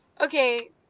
Okay